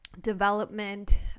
development